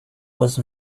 was